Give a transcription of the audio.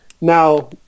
Now